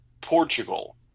Portugal